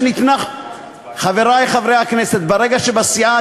ברגע שבסיעה,